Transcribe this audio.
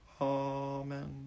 Amen